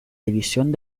división